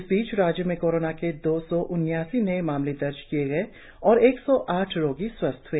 इस बीच राज्य में कोरोना के दो सौ उन्यासी नए मामले दर्ज किए गए और एक सौ आठ रोगी स्वस्थ हए